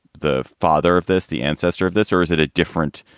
the father of this, the ancestor of this, or is it a different.